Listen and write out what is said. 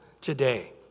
today